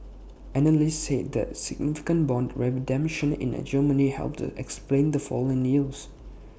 analysts said that A significant Bond redemption in Germany helped explain the fall in yields